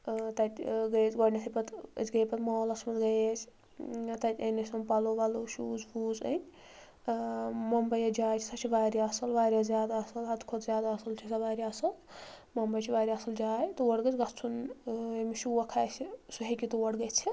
تتہِ گٔیہِ أسۍ گۄڈٕنٮ۪تھٕے پتہٕ أسۍ گٔیہِ پتہٕ مالس منٛز گٔیے أسۍ تتہِ أنۍ اسہِ ہوٚم پلو ولو شوٗز ووٗز أنۍ ممبے یۄس جاے چھِ سۄ چھِ واریاہ اصل واریاہ زیادٕ اصل حد کھۄتہٕ زیادٕ اصل چھےٚ سۄ واریاہ اصل ممبے چھِ واریاہ اصل جاے تور گژھِ گژھُن ییٚمِس شوق آسہِ سُہ ہٮ۪کہِ تور گٔژھِتھ